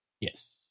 yes